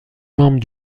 membre